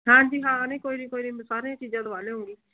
ਹਾਂਜੀ ਹਾਂ ਨਹੀਂ ਕੋਈ ਨਹੀਂ ਕੋਈ ਨਹੀਂ ਸਾਰੀਆਂ ਚੀਜ਼ਾਂ ਦਿਵਾ ਲਿਆਉਂਗੀ